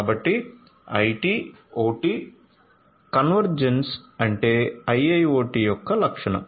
కాబట్టి IT OT convergence అంటే IIoT యొక్క లక్షణం